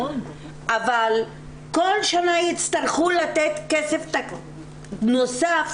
אבל כל שנה יצטרכו לתת כסף נוסף,